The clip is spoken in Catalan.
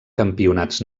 campionats